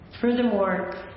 Furthermore